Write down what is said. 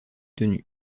tenues